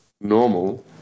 normal